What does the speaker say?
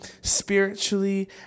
spiritually